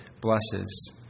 blesses